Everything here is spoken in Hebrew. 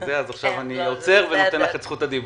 עכשיו אני עוצר ונותן לך את זכות הדיבור.